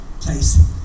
place